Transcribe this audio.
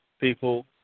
people